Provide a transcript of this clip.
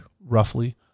roughly